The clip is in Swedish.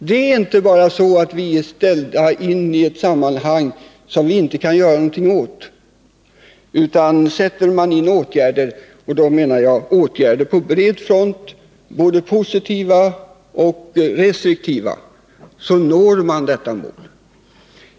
Det är inte bara så att vi är ställda in iett sammanhang som vi inte kan göra någonting åt. Sätter man in åtgärder — och då menar jag åtgärder på bred front, både positiva och restriktiva — så når man sitt mål.